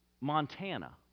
Montana